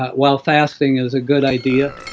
while fasting is a good idea.